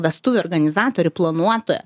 vestuvių organizatorių planuotoją